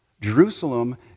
Jerusalem